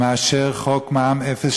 מאשר חוק מע"מ אפס,